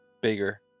bigger